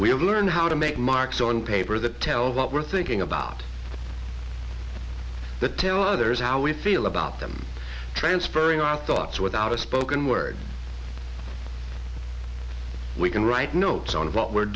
we learn how to make marks on paper the two well but we're thinking about the tell others how we feel about them transferring our thoughts without a spoken word we can write notes on what we're